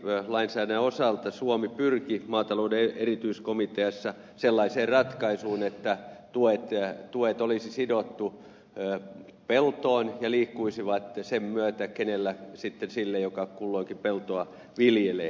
tässä tilatukilainsäädännön osalta suomi pyrki maatalouden erityiskomiteassa sellaiseen ratkaisuun että tuet olisi sidottu peltoon ja liikkuisivat sen myötä sitten sille joka kulloinkin peltoa viljelee